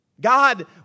God